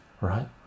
right